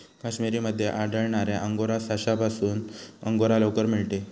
काश्मीर मध्ये आढळणाऱ्या अंगोरा सशापासून अंगोरा लोकर मिळते